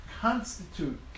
constitute